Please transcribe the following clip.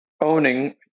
owning